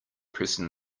pressing